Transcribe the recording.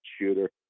shooter